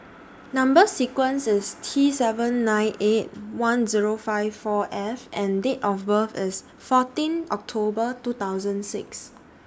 Number sequence IS T seven nine eight one Zero five four F and Date of birth IS fourteen October two thousand six